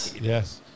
Yes